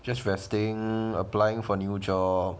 just resting applying for new jobs